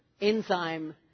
enzyme